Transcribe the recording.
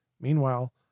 Meanwhile